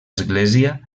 església